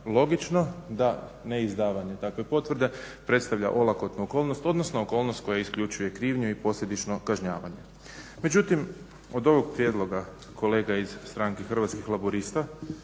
logično da neizdavanje takve potvrde predstavlja olakotnu okolnost, odnosno okolnost koja isključuje krivnju i posljedično kažnjavanje. Međutim, od ovog prijedloga kolega iz stranke Hrvatskih laburista